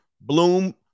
Bloom